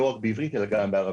לא רק בעברית אלא גם בערבית.